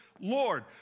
Lord